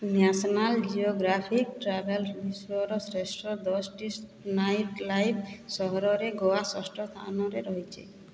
national Geographic ଟ୍ରାଭେଲ୍ରେ ବିଶ୍ୱର ଶ୍ରେଷ୍ଠ ଦଶଟି ନାଇଟ୍ ଲାଇଫ୍ ସହରରେ ଗୋଆ ଷଷ୍ଠ ସ୍ଥାନରେ ରହିଛି